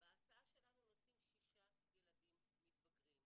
בהסעה שלנו נוסעים שישה ילדים מתבגרים,